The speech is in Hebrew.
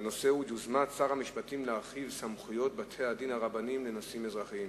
יוזמת שר המשפטים להרחיב את סמכויות בתי-הדין הרבניים לנושאים אזרחיים,